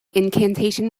incantation